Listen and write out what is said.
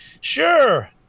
sure